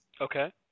Okay